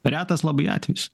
retas labai atvejis